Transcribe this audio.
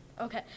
Okay